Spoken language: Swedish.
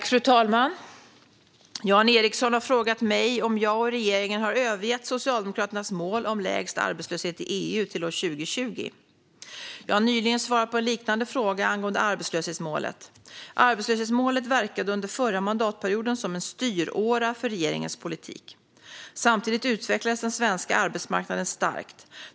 Fru talman! Jan Ericson har frågat mig om jag och regeringen har övergett Socialdemokraternas mål om lägst arbetslöshet i EU till år 2020. Jag har nyligen svarat på en liknande fråga angående arbetslöshetsmålet. Arbetslöshetsmålet verkade under förra mandatperioden som en styråra för regeringens politik. Samtidigt utvecklades den svenska arbetsmarknaden starkt.